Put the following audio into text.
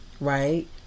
right